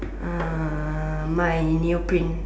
uh my neoprint